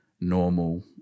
normal